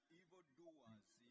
evildoers